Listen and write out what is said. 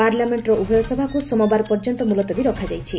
ପାର୍ଲାମେଣ୍ଟର ଉଭୟ ସଭାକୁ ସୋମବାର ପର୍ଯ୍ୟନ୍ତ ମୁଲତବୀ ରଖାଯାଇଛି